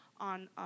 on